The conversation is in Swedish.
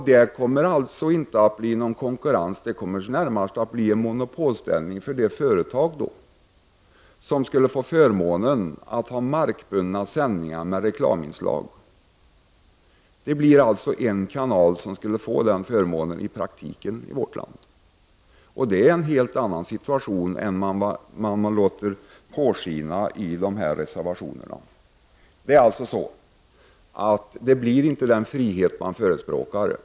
Där kommer det inte att bli någon konkurrens. Där kommer det närmast att bli en monopolställning för det företag som skulle få förmånen att ha markbundna sändningar med reklaminslag. Det skulle alltså i praktiken bli en kanal som skulle få den förmånen i vårt land. Det är en helt annan situation än vad man låter påskina i reservationerna. Det blir alltså inte den frihet man förespråkar.